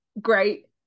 great